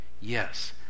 Yes